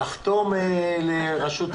לחתום לרשות ההגירה?